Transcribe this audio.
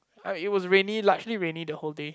it was rainy largely rainy the whole day